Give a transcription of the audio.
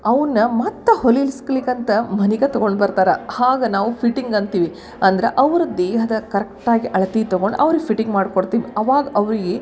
ಅವನ್ನ ಮತ್ತೆ ಹೊಲಿಸ್ಲಿಕ್ಕೆ ಅಂತ ಮನಿಗೆ ತೊಗೊಂಡು ಬರ್ತಾರೆ ಹಾಗೆ ನಾವು ಫಿಟ್ಟಿಂಗ್ ಅಂತೀವಿ ಅಂದ್ರೆ ಅವ್ರ ದೇಹದ ಕರೆಕ್ಟ್ ಆಗಿ ಅಳತೆ ತೊಗೊಂಡು ಅವ್ರಿಗೆ ಫಿಟ್ಟಿಂಗ್ ಮಾಡಿ ಕೊಡ್ತೀವಿ ಅವಾಗ ಅವರಿಗೆ